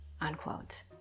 Unquote